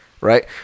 Right